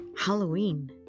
Halloween